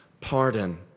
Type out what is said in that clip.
pardon